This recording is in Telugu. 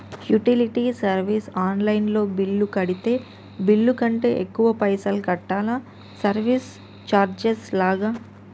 యుటిలిటీ సర్వీస్ ఆన్ లైన్ లో బిల్లు కడితే బిల్లు కంటే ఎక్కువ పైసల్ కట్టాలా సర్వీస్ చార్జెస్ లాగా?